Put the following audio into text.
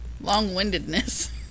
long-windedness